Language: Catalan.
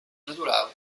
natural